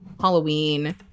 Halloween